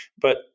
But-